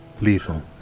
lethal